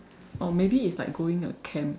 oh maybe it's like going a camp